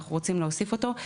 אנחנו רוצים להוסיף אותו.